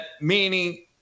meaning